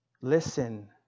Listen